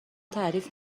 تعریف